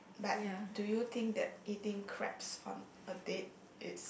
but do you think that eating crabs on a date it's